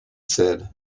said